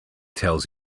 tells